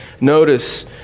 Notice